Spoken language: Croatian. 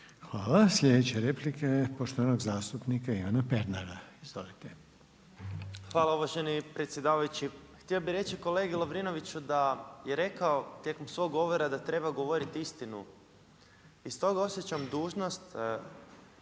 Hvala. Sljedeća replika je poštovanog zastupnika Ivana Pernara. Izvolite. **Pernar, Ivan (Živi zid)** Hvala uvaženi predsjedavajući. Htio bih reći kolegi Lovrinoviću da je rekao tijekom svog govora da treba govoriti istinu i iz toga osjećam dužnost